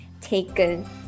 taken